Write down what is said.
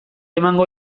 emango